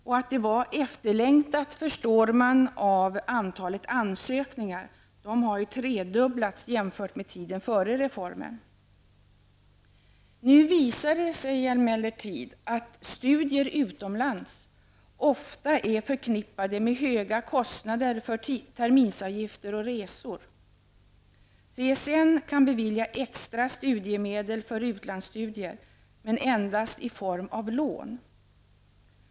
Att det också var efterlängtat förstår man av antalet ansökningar. Dessa har tredubblats jämfört med tiden före reformen. Nu visar det sig emellertid att studier utomlands ofta är förknippade med höga kostnader för terminsavgifter och resor. CSN kan bevilja extra studiemedel för utlandsstudier men endast i form av lån.